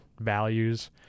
values